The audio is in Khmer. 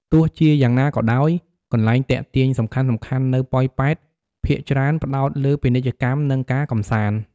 ទោះជាយ៉ាងណាក៏ដោយ កន្លែងទាក់ទាញសំខាន់ៗនៅប៉ោយប៉ែតភាគច្រើនផ្តោតលើពាណិជ្ជកម្ម និង ការកម្សាន្ត។